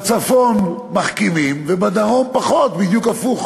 בצפון מחכימים ובדרום פחות, בדיוק הפוך